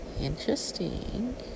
Interesting